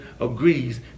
agrees